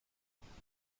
خالصانه